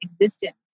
existence